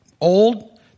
old